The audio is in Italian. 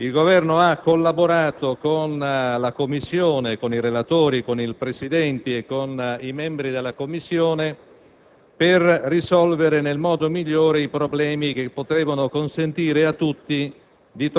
il Governo ha collaborato con i relatori, con il Presidente e con i membri della Commissione per risolvere nel modo migliore i problemi così da consentire a tutti